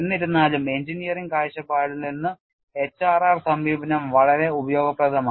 എന്നിരുന്നാലും എഞ്ചിനീയറിംഗ് കാഴ്ചപ്പാടിൽ നിന്ന് HRR സമീപനം വളരെ ഉപയോഗപ്രദമാണ്